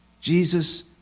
Jesus